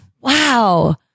Wow